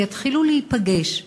שיתחילו להיפגש,